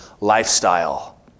lifestyle